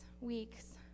weeks